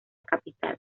capital